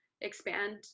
expand